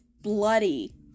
bloody